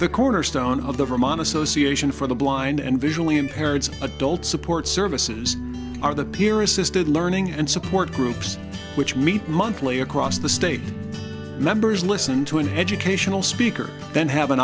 the cornerstone of the vermont association for the blind and visually impaired adult support services are the peer assisted learning and support groups which meet monthly across the state members listen to an educational speaker then have an